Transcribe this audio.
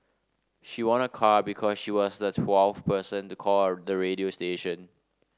she won a car because she was the twelfth person to call the radio station